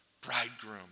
bridegroom